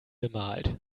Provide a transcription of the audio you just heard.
bemalt